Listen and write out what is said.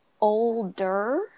older